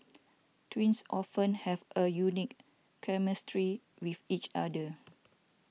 twins often have a unique chemistry with each other